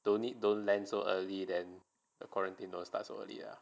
don't need then don't land so early then the quarantine don't start early ah